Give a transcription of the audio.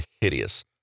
hideous